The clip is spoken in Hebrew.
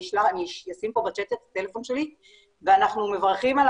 אני אשים פה בצ'ט את הטלפון שלי ואנחנו מברכים על